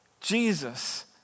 Jesus